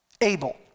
Abel